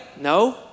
No